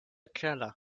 keller